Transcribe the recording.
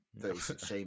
36